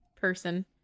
person